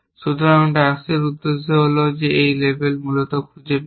সুতরাং টাস্কের উদ্দেশ্য হল এই লেবেলটি মূলত খুঁজে বের করা